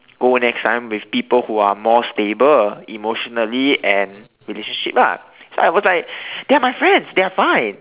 go next time with people who are more stable emotionally and relationship lah so I was like they're my friends they're fine